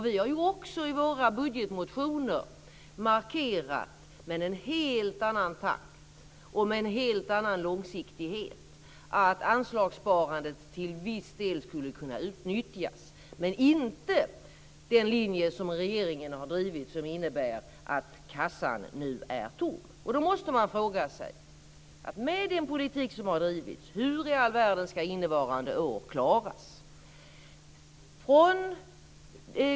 Vi har i våra budgetmotioner markerat med en helt annan takt och en helt annan långsiktighet att anslagssparandet till viss del skulle kunna utnyttjas, men inte den linje som regeringen har drivit som innebär att kassan nu är tom. Då måste man fråga sig hur, med den politik som har drivits, innevarande år ska klaras.